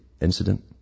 incident